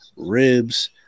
Ribs